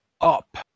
up